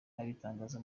abitangaza